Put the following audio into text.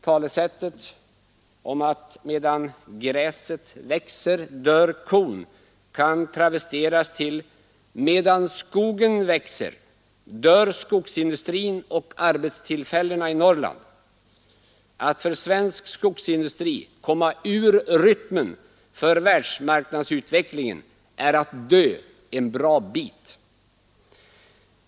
Talesättet om att medan gräset växer dör kon kan travesteras till: Medan skogen växer dör skogsindustrin och arbetstillfällena i Norrland. Att för svensk skogsindustri komma ur rytmen för världsmarknadsutvecklingen är att dö en bra bit.